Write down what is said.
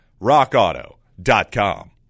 RockAuto.com